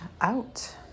out